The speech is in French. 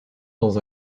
dans